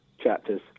chapters